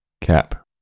Cap